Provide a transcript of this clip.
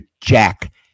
Jack